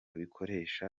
bikoresha